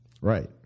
Right